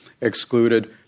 excluded